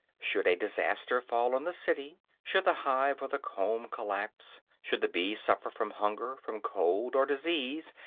should a disaster fall on the city should the hive or the comb collapse should the bees suffer from hunger, from cold or disease,